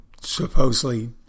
supposedly